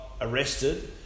arrested